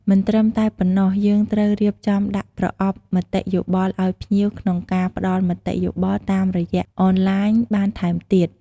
មិនត្រឹមតែប៉ុណ្ណោះ យើងត្រូវរៀបចំដាក់ប្រអប់មតិយោបល់អោយភ្ញៀវក្នុងការផ្តល់មតិយោបល់តាមរយៈអនឡាញបានថែមទៀត។